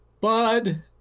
Bud